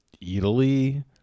Italy